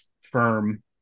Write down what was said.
firm